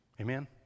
amen